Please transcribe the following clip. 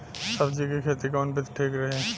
सब्जी क खेती कऊन विधि ठीक रही?